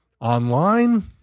online